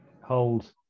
hold